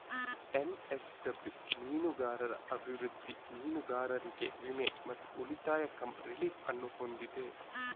NSW ಮೀನುಗಾರರ ಅಭಿವೃದ್ಧಿ, ಮೀನುಗಾರರಿಗೆ ವಿಮೆ ಮತ್ತು ಉಳಿತಾಯ ಕಮ್ ರಿಲೀಫ್ ಅನ್ನು ಹೊಂದಿದೆ